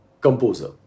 composer